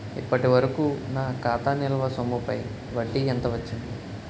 ఇప్పటి వరకూ నా ఖాతా నిల్వ సొమ్ముపై వడ్డీ ఎంత వచ్చింది?